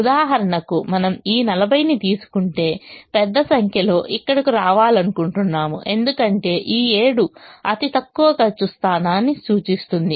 ఉదాహరణకుమనం ఈ 40 ని తీసుకుంటే పెద్ద సంఖ్యలో ఇక్కడకు రావాలనుకుంటున్నాము ఎందుకంటే ఈ 7 అతి తక్కువ ఖర్చు స్థానాన్ని సూచిస్తుంది